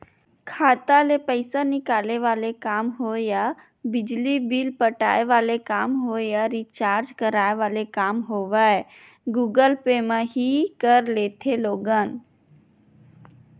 खाता ले पइसा निकाले वाले काम होय या बिजली बिल पटाय वाले काम होवय या रिचार्ज कराय वाले काम होवय गुगल पे म ही कर लेथे लोगन